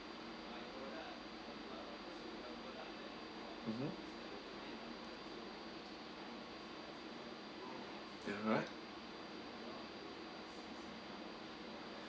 mmhmm then right